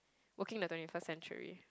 working the twenty-first century